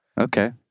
Okay